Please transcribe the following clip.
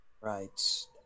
Right